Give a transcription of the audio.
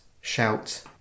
shout